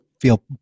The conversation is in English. feel